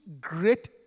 great